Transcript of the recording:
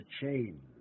change